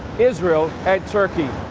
israel and turkey.